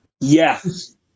Yes